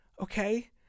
Okay